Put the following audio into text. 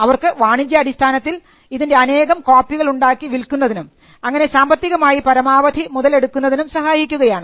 അവർക്ക് വാണിജ്യാടിസ്ഥാനത്തിൽ ഇതിൻറെ അനേകം കോപ്പികൾ ഉണ്ടാക്കി വിൽക്കുന്നതിനും അങ്ങനെ സാമ്പത്തികമായി പരമാവധി മുതലെടുക്കുന്നതിനും സഹായിക്കുകയാണ്